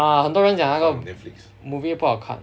uh 很多人讲那个 movie 不好看